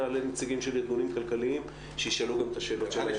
נעלה נציגים של ארגונים כלכליים שישאלו גם את השאלות.